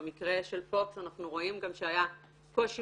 במקרה של פוקס אנחנו רואים גם שהיה קושי